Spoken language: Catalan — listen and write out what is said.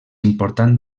important